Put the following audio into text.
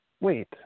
Wait